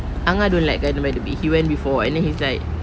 angah don't like gardens by the bay he went before and he's like